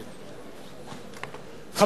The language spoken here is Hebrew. לסיים.